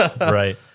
Right